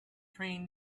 train